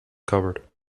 cupboard